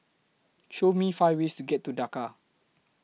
Show Me five ways to get to Dhaka